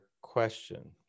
question